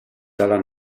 dalla